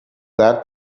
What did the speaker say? that